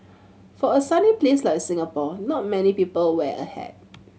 for a sunny place like Singapore not many people wear a hat